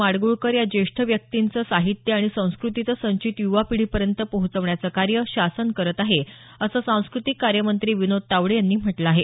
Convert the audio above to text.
माडगुळकर या ज्येष्ठ व्यक्तींचं साहित्य आणि संस्कृतीचं संचित युवा पिढीपर्यंत पोहचवण्याचं कार्य शासन करत आहे असं सांस्कृतिक कार्य मंत्री विनोद तावडे यांनी म्हटलं आहे